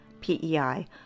PEI